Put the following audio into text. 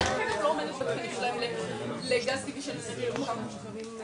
זה עוד תנאי שצריך לקחת בחשבון.